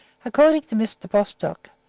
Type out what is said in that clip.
according to mr. bostock,